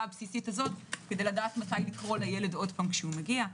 הבסיסית הזאת כדי לדעת לקרוא לילד שוב כשמגיע.